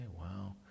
wow